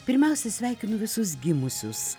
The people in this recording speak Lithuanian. pirmiausia sveikinu visus gimusius